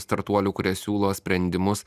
startuolių kurie siūlo sprendimus